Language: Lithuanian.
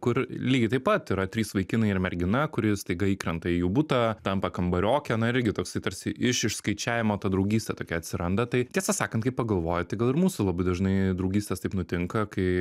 kur lygiai taip pat yra trys vaikinai ir mergina kuri staiga įkrenta į jų butą tampa kambarioke na irgi toksai tarsi iš išskaičiavimo ta draugystė tokia atsiranda tai tiesą sakant kai pagalvoji tai gal ir mūsų labai dažnai draugystės taip nutinka kai